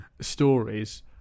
stories